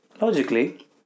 logically